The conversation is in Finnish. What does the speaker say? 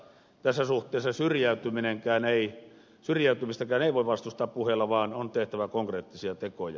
tässä suhteessa syrjäytymistäkään ei voi vastustaa puheilla vaan on tehtävä konkreettisia tekoja